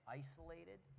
isolated